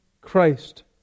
Christ